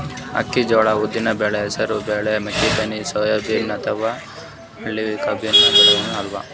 ಅಕ್ಕಿ, ಜ್ವಾಳಾ, ಉದ್ದಿನ್ ಬ್ಯಾಳಿ, ಹೆಸರ್ ಬ್ಯಾಳಿ, ಮೆಕ್ಕಿತೆನಿ, ಸೋಯಾಬೀನ್, ಹತ್ತಿ ಇವೆಲ್ಲ ಖರೀಫ್ ಬೆಳಿಗೊಳ್ ಅವಾ